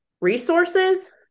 resources